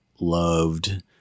loved